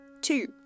Two